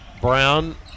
Brown